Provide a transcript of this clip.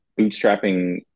bootstrapping